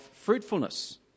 fruitfulness